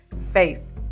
Faith